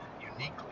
uniquely